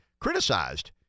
criticized